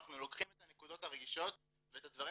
אנחנו לוקחים את הנקודות הרגישות ואת הדברים